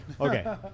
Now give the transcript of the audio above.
Okay